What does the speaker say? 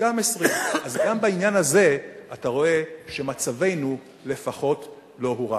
גם 20. אז גם בעניין הזה אתה רואה שמצבנו לפחות לא הורע.